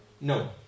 No